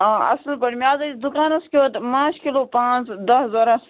آ اَصٕل پٲٹھۍ مےٚ حظ ٲسۍ دُکانَس کیُت مانٛچھ کِلوٗ پانٛژھ دَہ ضروٗرت